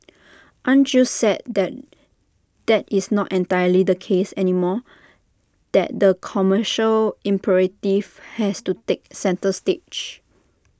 aren't you sad that that is not entirely the case anymore that the commercial imperative has to take centre stage